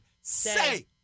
Say